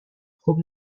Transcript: خوب